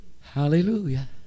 Hallelujah